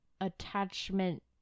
attachment